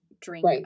drink